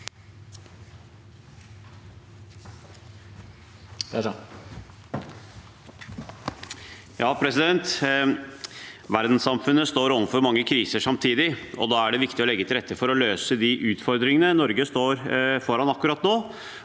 (V) Verdenssamfunnet står overfor mange kriser samtidig. Da er det viktig å legge til rette for å løse de utfordringene Norge står foran akkurat nå,